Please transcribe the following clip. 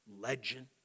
legend